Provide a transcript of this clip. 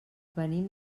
venim